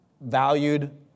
valued